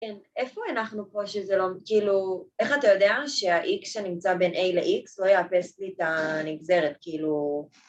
כן, איפה אנחנו פה שזה לא, כאילו, איך אתה יודע שה-X שנמצא בין A ל-X לא יאפס לי את הנגזרת, כאילו